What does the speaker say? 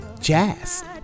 Jazz